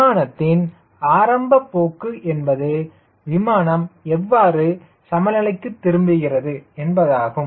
விமானத்தின் ஆரம்ப போக்கு என்பது விமானம் எவ்வாறு சமநிலைக்கு திரும்புகிறது என்பதாகும்